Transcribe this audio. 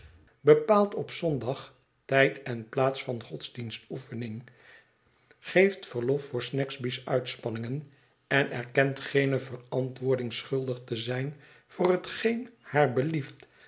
bepaalt op zondag tijd en plaats van godsdienstoefening geeft verlof voor snagsby's uitspanningen en erkent geene verantwoording schuldig te zijn voor hetgeen haar